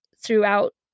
throughout